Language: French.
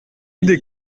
des